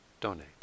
donate